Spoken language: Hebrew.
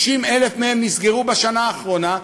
60,000 מהם נסגרו בשנה האחרונה,